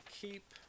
keep